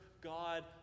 God